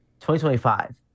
2025